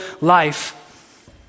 life